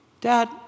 Dad